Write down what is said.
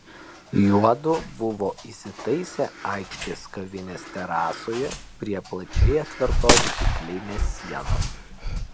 juodu buvo įsitaisę aikštės kavinės terasoje prie plačiai atvertos stiklinės sienos